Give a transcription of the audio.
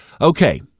Okay